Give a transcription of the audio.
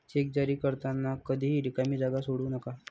check जारी करताना कधीही रिकामी जागा सोडू नका